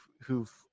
who've